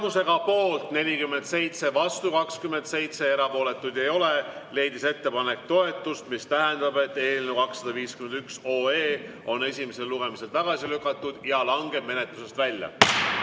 Tulemusega poolt 47, vastuolijaid 27 ja erapooletuid ei ole, leidis ettepanek toetust, mis tähendab, et eelnõu 251 on esimesel lugemisel tagasi lükatud ja langeb menetlusest välja.